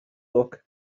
lwc